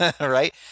Right